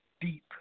deep